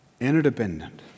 Interdependent